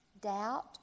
doubt